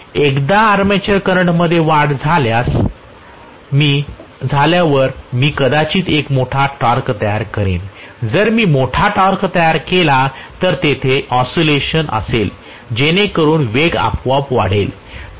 एकदा armature current मध्ये वाढ झाल्यावर मी कदाचित एक मोठा टॉर्क तयार करेल जर मी मोठा टॉर्क तयार केला तर तेथे एक आक्सिलरेशन असेल जेणेकरून वेग आपोआप वाढेल